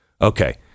Okay